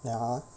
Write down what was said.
ya !huh!